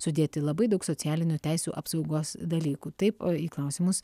sudėti labai daug socialinių teisių apsaugos dalykų taip o į klausimus